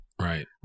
Right